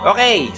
Okay